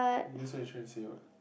that's what you trying to say what